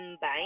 Bye